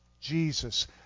Jesus